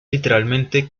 literalmente